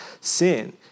sin